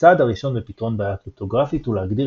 הצעד הראשון בפתרון בעיה קריפטוגרפית הוא להגדיר